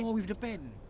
oh with the pen